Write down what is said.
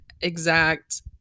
exact